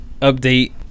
update